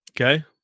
okay